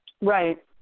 Right